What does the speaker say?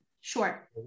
sure